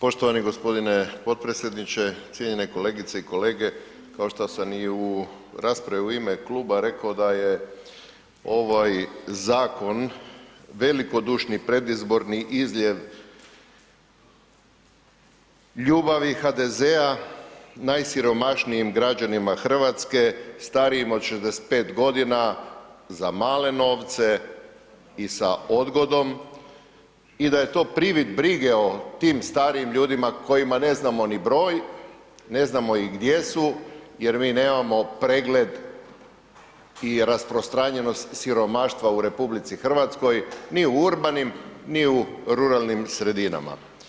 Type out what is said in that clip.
Poštovani gospodine potpredsjedniče, cijenjene kolegice i kolege kao što sam i u raspravi u ime kluba rekao da je ovaj zakon veliki predizborni izljev ljubavi HDZ-a najsiromašnijim građanima Hrvatske, starijim od 65 godina za male novce i sa odgodom i da je to privid brige o tim starijim ljudima kojima ne znamo ni broj, ne znamo i gdje su jer mi nemamo pregled i rasprostranjenost siromaštva u RH ni u urbanim, ni u ruralnim sredinama.